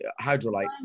Hydrolyte